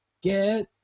get